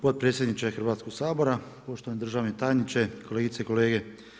potpredsjedniče Hrvatskog sabora, poštovani državni tajniče, kolegice i kolege.